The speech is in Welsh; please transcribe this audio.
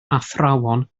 athrawon